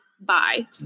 bye